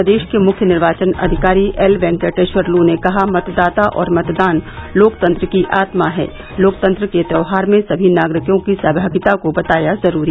प्रदेश के मुख्य निर्वाचन अधिकारी एल वेंकटेश्वर लू ने कहा मतदाता और मतदान लोकतंत्र की आत्मा है लोकतंत्र के त्यौहार में सभी नागरिकों की सहभागिता को बताया जरूरी